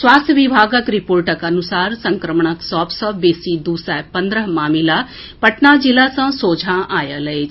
स्वास्थ्य विभागक रिपोर्टक अनुसार संक्रमणक सभ सॅ बेसी दू सय पंद्रह मामिला पटना जिला सॅ सोझा आयल अछि